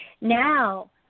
Now